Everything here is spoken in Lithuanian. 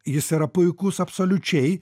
jis yra puikus absoliučiai